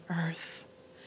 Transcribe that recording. earth